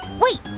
Wait